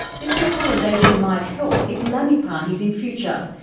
this consolidation might help islamic parties in future.